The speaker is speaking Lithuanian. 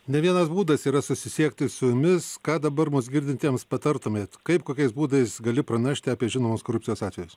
ne vienas būdas yra susisiekti su jumis ką dabar mus girdintiems patartumėt kaip kokiais būdais gali pranešti apie žinomus korupcijos atvejus